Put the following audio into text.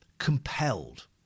compelled